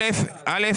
ראשית,